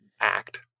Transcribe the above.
act